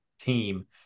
team